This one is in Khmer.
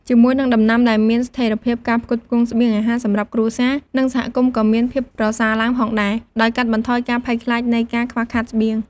ជាមួយនឹងដំណាំដែលមានស្ថេរភាព ការផ្គត់ផ្គង់ស្បៀងអាហារសម្រាប់គ្រួសារ និងសហគមន៍ក៏មានភាពប្រសើរឡើងផងដែរ ដោយកាត់បន្ថយការភ័យខ្លាចនៃការខ្វះខាតស្បៀង។